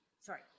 sorry